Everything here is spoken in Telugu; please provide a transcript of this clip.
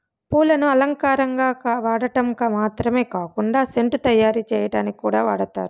పూలను అలంకారంగా వాడటం మాత్రమే కాకుండా సెంటు తయారు చేయటానికి కూడా వాడతారు